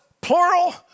plural